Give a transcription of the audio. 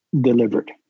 delivered